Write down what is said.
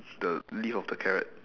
the leaf of the carrot